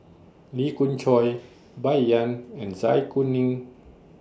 Lee Khoon Choy Bai Yan and Zai Kuning